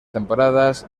temporadas